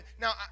now